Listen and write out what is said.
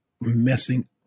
messing